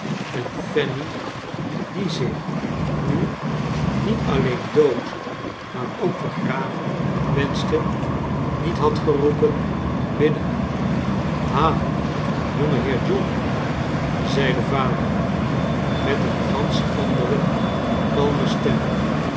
en fanny die zich nu niet alleen dood maar ook begraven wenschte niet had geroepen binnen ha jongeheer john zei de vader met een gansch andere kalme stem